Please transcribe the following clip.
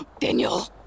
Daniel